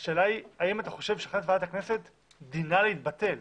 האם אתה חושב שהחלטת ועדת הכנסת דינה להתבטל?